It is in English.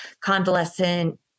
convalescent